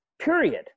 period